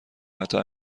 حتا